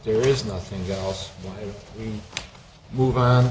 there is nothing else move on